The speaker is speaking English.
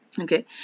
okay